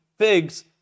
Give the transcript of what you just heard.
Figs